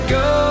go